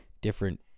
different